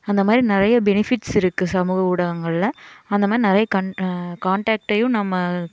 அந்த மாதிரி நிறைய பெனிஃபிட்ஸ் இருக்குது சமூக ஊடகங்களில் அந்த மாதிரி நிறைய கண் காண்டெக்ட்டையும் நம்ம